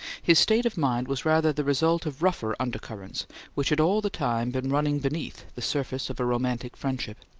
his state of mind was rather the result of rougher undercurrents which had all the time been running beneath the surface of a romantic friendship.